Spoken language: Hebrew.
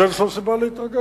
אז אין שום סיבה להתרגז,